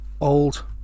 old